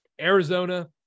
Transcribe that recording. Arizona